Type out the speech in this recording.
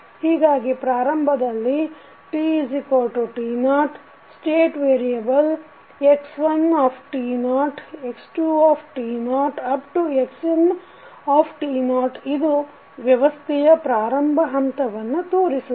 ಹೀಗಾಗಿ ಪ್ರಾರಂಭದಲ್ಲಿ tt0 state variable x1x2xn ಇದು ವ್ಯವಸ್ಥೆಯ ಪ್ರಾರಂಭ ಹಂತವನ್ನು ತೋರಿಸುತ್ತದೆ